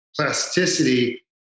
plasticity